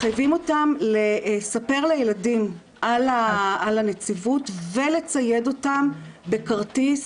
מחייבים אותם לספר לילדים על הנציבות ולצייד אותם בכרטיס